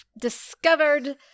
discovered